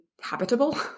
habitable